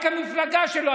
רק המפלגה שלו.